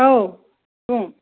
औ बुं